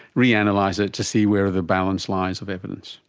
reanalyse it to see where the balance lies of evidence.